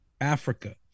Africa